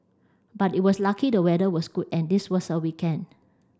but it was lucky the weather was good and this was a weekend